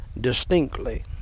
distinctly